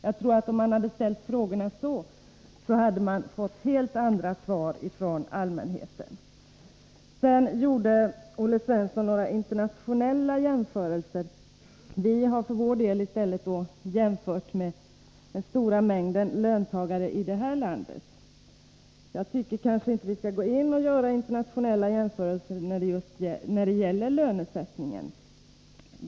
Jag tror att om man hade ställt frågorna på det viset, hade man fått helt andra svar från allmänheten. Sedan gjorde Olle Svensson några internationella jämförelser. Vi har för vår del jämfört med den stora mängden löntagare i det här landet. Jag tycker inte att vi skall göra internationella jämförelser när det gäller lönesättningen.